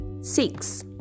six